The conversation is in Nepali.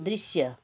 दृश्य